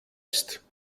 ist